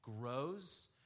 grows